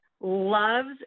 loves